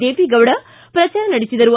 ದೇವೇಗೌಡ ಪ್ರಚಾರ ನಡೆಸಿದರು